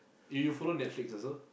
you you follow Netflix also